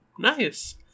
Nice